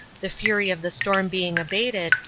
the fury of the storm being abated,